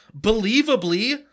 believably